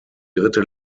dritte